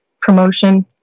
promotion